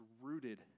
rooted